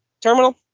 Terminal